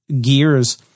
gears